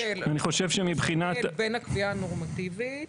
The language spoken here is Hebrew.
יש הבדל בין הקביעה הנורמטיבית,